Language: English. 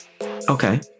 okay